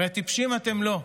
הרי טיפשים אתם לא.